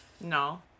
No